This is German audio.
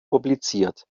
publiziert